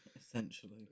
essentially